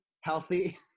healthy